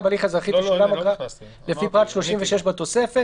בהליך אזרחי תשולם אגרה לפי פרק 36 בתוספת,